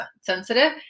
sensitive